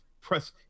press